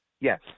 yes